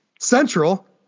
Central